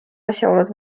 asjaolud